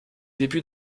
débuts